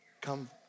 come